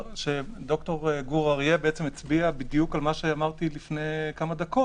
ד"ר גור אריה הצביע בדיוק על מה שאמרתי לפני כמה דקות